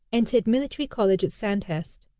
entered military college at sandhurst.